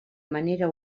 manera